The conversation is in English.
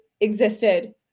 existed